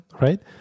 right